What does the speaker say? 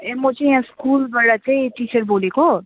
ए म चाहिँ यहाँ स्कुलबाट चाहिँ टिचर बोलेको